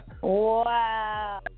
Wow